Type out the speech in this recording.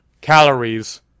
...calories